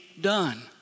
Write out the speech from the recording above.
done